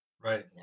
Right